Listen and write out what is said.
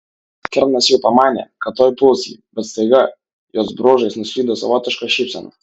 kernas jau pamanė kad tuoj puls jį bet staiga jos bruožais nuslydo savotiška šypsena